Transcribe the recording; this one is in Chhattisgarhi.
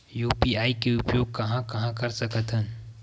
यू.पी.आई के उपयोग कहां कहा कर सकत हन?